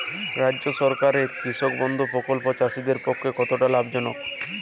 রাজ্য সরকারের কৃষক বন্ধু প্রকল্প চাষীদের পক্ষে কতটা লাভজনক?